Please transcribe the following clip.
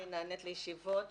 אני נענית לישיבות